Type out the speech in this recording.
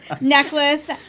Necklace